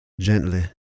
gently